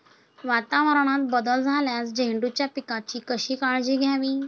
वातावरणात बदल झाल्यास झेंडूच्या पिकाची कशी काळजी घ्यावी?